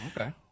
Okay